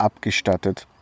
abgestattet